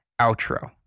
outro